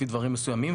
לפי דברים מסוימים,